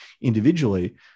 individually